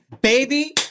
Baby